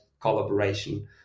collaboration